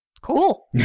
Cool